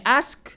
ask